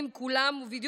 ובדיוק כמו בכביש,